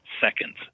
seconds